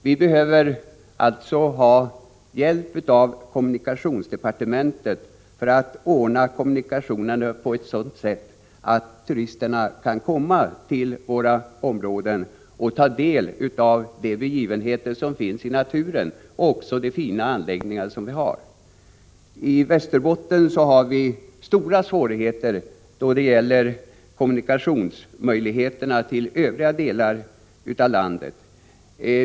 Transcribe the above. Vi behöver alltså ha hjälp av kommunikationsdepartementet för att ordna kommunikationerna på ett sådant sätt att turisterna kan komma till vårt område och ta del av de begivenheter som naturen erbjuder och av de fina anläggningar som vi har där. I Västerbotten har vi stora svårigheter då det gäller kommunikationer till övriga delar av landet.